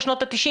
או שנות ה-90,